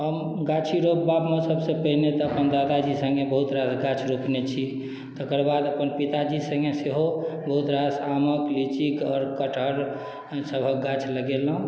हम गाछी रोपबा मे सबसे पहिने तऽ अपन दादाजी संगे बहुत रास गाछ रोपने छी तकर बाद अपन पिताजी संगे सेहो बहुत रास आमक लीचीक आओर कठहर सभक गाछ लगेलहुॅं